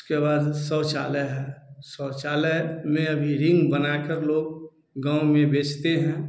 उसके बाद शौचालय है शौचालय में अभी रिंग बनाकर लोग गाँव में बेचते हैं